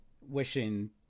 wishing